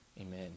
Amen